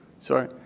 sorry